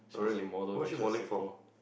she was a model when she was sec four